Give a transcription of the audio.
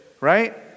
right